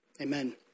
Amen